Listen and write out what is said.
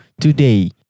today